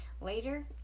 later